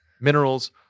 minerals